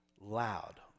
loud